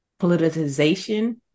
politicization